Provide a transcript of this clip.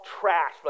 trash